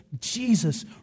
Jesus